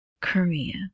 Korea